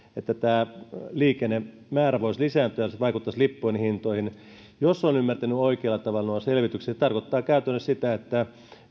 että liikennemäärä voisi lisääntyä ja se vaikuttaisi lippujen hintoihin jos olen ymmärtänyt oikealla tavalla nuo selvitykset se tarkoittaa käytännössä sitä että